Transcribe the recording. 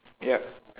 yup